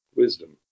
wisdom